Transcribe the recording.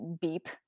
beep